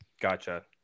Gotcha